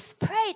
prayed